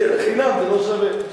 חינם, זה לא שווה.